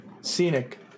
Scenic